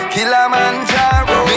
Kilimanjaro